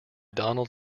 donald